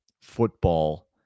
football